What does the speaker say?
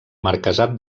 marquesat